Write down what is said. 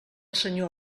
senyor